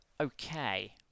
Okay